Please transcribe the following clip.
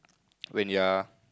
when you're